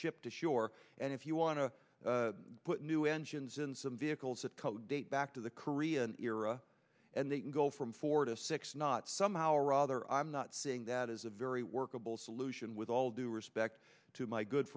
ship to shore and if you want to put new engines in some vehicles that code date back to the korean era and they can go from four to six not somehow or other i'm not saying that is a very workable solution with all due respect to my good